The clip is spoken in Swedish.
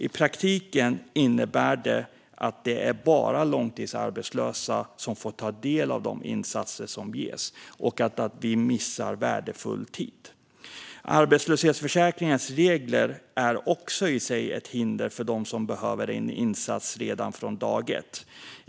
I praktiken innebär det att det bara är långtidsarbetslösa som får ta del av de insatser som ges och att vi missar värdefull tid. Arbetslöshetsförsäkringens regler är också i sig ett hinder för dem som behöver en insats redan från dag ett.